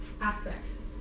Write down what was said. aspects